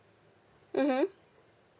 mmhmm